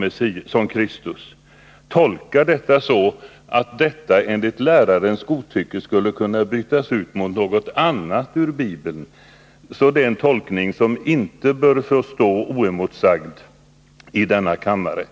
Han tolkar emellertid detta så, att det enligt lärarens godtycke skulle kunna bytas ut mot något annat ur Bibeln. Det är en tolkning som inte får stå Nr 120 oemotsagd i denna kammare.